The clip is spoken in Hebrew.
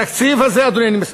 התקציב הזה, אדוני, אני מסיים,